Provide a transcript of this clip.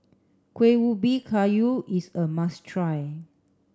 Kuih Ubi Kayu is a must try